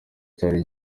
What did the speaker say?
cyari